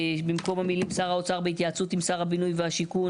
במקום המילים "שר האוצר בהתייעצות עם שר הבינוי והשיכון,